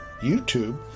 youtube